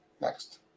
next